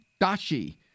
Dashi